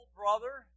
brother